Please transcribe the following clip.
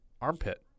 Armpit